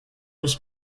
was